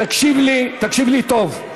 תקשיב לי, תקשיב לי טוב.